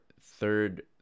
third